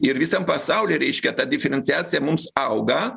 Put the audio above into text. ir visam pasaulyje reiškia ta diferenciacija mums auga